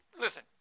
listen